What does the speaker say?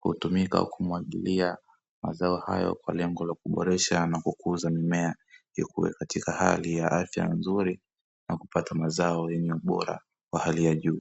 hutumika kumwagilia mazao hayo kwa lengo la kuboresha kukuza mimea ili ikuwe katika hali ya afya nzuri na kupata mazao yenye ubora wa hali ya juu.